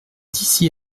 d’ici